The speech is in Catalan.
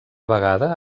vegada